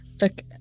Look